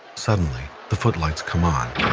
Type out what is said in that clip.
suddenly, the footlights come on